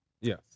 yes